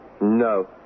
No